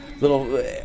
little